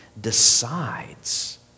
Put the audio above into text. decides